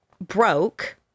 broke